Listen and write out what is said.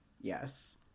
yes